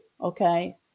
Okay